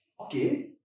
Okay